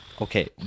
okay